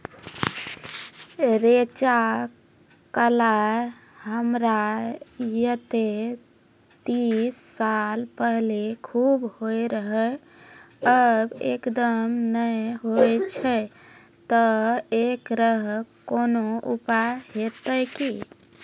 रेचा, कलाय हमरा येते तीस साल पहले खूब होय रहें, अब एकदम नैय होय छैय तऽ एकरऽ कोनो उपाय हेते कि?